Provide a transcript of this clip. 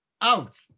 out